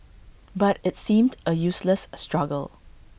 but it's seemed A useless struggle